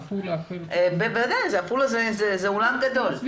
עפולה זה עולם גדול,